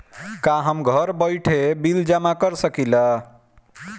का हम घर बइठे बिल जमा कर शकिला?